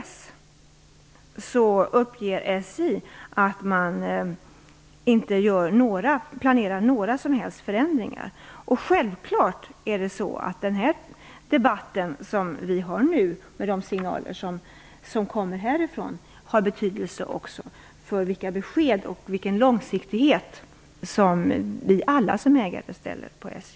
SJ uppger att man inte planerar några som helst förändringar innan dess. Det är självklart att den debatt vi har nu och de signaler som kommer härifrån också har betydelse för vilka besked vi får och för de krav om långsiktighet som vi alla som ägare ställer på SJ.